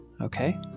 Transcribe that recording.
okay